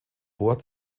hoher